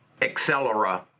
Accelera